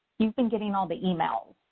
you've been getting all the emails.